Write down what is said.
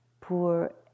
poor